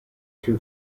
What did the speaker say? two